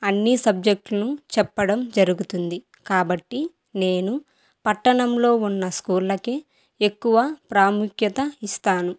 అన్ని సబ్జెక్టులను చెప్పడం జరుగుతుంది కాబట్టి నేను పట్టణంలో ఉన్న స్కూళ్ళకి ఎక్కువ ప్రాముఖ్యత ఇస్తాను